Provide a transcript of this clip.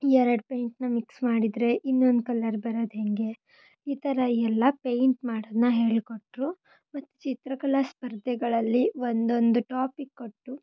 ಎರಡು ಪೇಂಟನ್ನ ಮಿಕ್ಸ್ ಮಾಡಿದರೆ ಇನ್ನೊಂದು ಕಲರ್ ಬರೋದು ಹೇಗೆ ಈ ಥರ ಎಲ್ಲ ಪೇಂಟ್ ಮಾಡೋದನ್ನ ಹೇಳಿಕೊಟ್ರು ಮತ್ತು ಚಿತ್ರಕಲಾ ಸ್ಪರ್ಧೆಗಳಲ್ಲಿ ಒಂದೊಂದು ಟಾಪಿಕ್ ಕೊಟ್ಟು